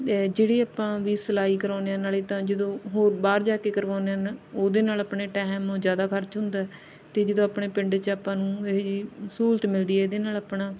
ਜਿਹੜੀ ਆਪਾਂ ਵੀ ਸਿਲਾਈ ਕਰਵਾਉਂਦੇ ਹਾਂ ਨਾਲ ਤਾਂ ਜਦੋਂ ਹੋਰ ਬਾਹਰ ਜਾ ਕੇ ਕਰਵਾਉਂਦੇ ਹਨ ਉਹਦੇ ਨਾਲ ਆਪਣੇ ਟਾਇਮ ਜ਼ਿਆਦਾ ਖਰਚ ਹੁੰਦਾ ਅਤੇ ਜਦੋਂ ਆਪਣੇ ਪਿੰਡ 'ਚ ਆਪਾਂ ਨੂੰ ਇਹੋ ਜਿਹੀ ਸਹੂਲਤ ਮਿਲਦੀ ਹੈ ਇਹਦੇ ਨਾਲ ਆਪਣਾ